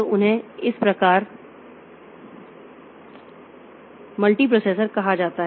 तो उन्हें इस प्रकार मल्टीप्रोसेसर कहा जाता है